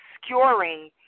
obscuring